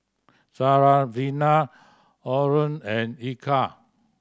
Syarafina Aaron and Eka